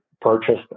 purchased